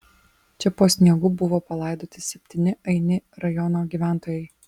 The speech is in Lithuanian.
čia po sniegu buvo palaidoti septyni aini rajono gyventojai